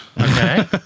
Okay